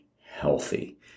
healthy